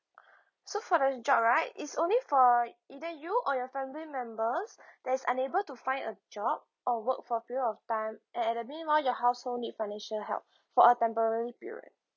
so for the job right it's only for either you or your family members that is unable to find a job or work for a period of time and at the meanwhile your household need financial help for a temporary period